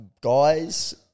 Guys